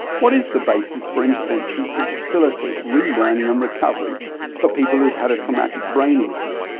what is the basis for interventions to facilitate relearning and recovery for people who have had a traumatic brain injury?